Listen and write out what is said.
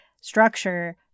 structure